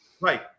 Right